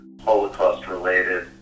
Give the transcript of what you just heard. Holocaust-related